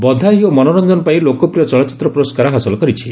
ବଧାଇ ହୋ ମନୋରଞ୍ଜନ ପାଇଁ ଲୋକପ୍ରିୟ ଚଳଚ୍ଚିତ୍ର ପୁରସ୍କାର ହାସଲ କରିଛି